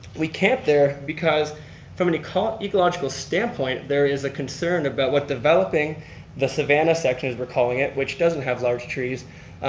we camped there because from an ecological standpoint there is a concern about what developing the savannah section as we're calling it. which doesn't have large trees,